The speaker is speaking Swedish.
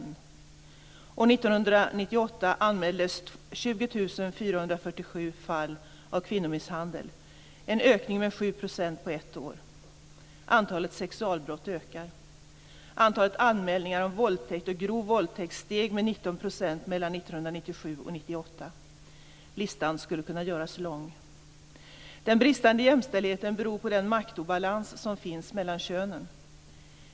År 1998 anmäldes 20 447 fall av kvinnomisshandel, en ökning med 7 % på ett år. Antalet sexualbrott ökar. Antalet anmälningar om våldtäkt och grov våldtäkt steg med 19 % mellan 1997 och 1998. Listan skulle kunna göras lång. Den bristande jämställdheten beror på den maktobalans som finns mellan könen.